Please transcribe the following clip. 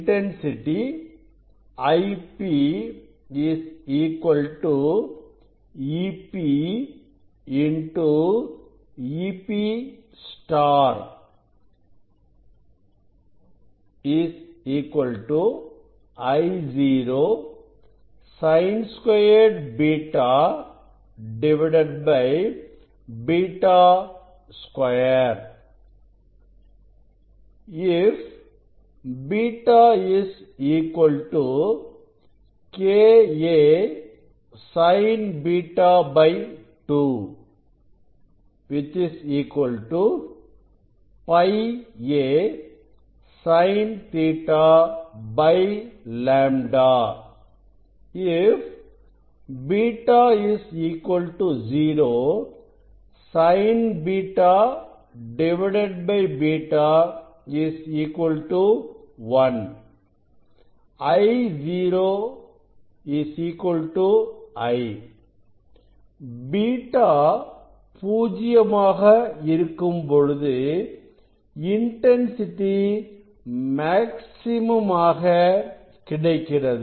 intensity I Ep Ep Io Sin2β β2 If β k a Sin β 2 πa sin Ɵ λ If β 0 Sin β β 1 I I o beta பூஜ்ஜியமாக இருக்கும் பொழுது intensity maximum ஆக கிடைக்கிறது